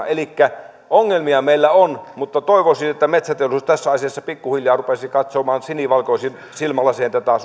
elikkä ongelmia meillä on mutta toivoisin että metsäteollisuus tässä asiassa pikkuhiljaa rupeaisi katsomaan sinivalkoisin silmälasein suomea tätä